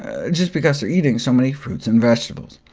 ah just because they're eating so many fruits and vegetables.